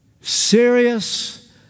Serious